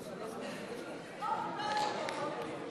כהצעת הוועדה, נתקבל.